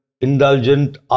indulgent